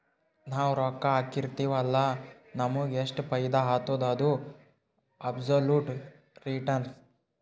ನಾವ್ ರೊಕ್ಕಾ ಹಾಕಿರ್ತಿವ್ ಅಲ್ಲ ನಮುಗ್ ಎಷ್ಟ ಫೈದಾ ಆತ್ತುದ ಅದು ಅಬ್ಸೊಲುಟ್ ರಿಟರ್ನ್